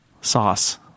sauce